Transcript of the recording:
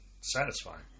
satisfying